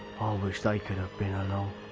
wish they could've been along.